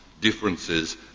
differences